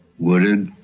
wooded